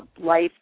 life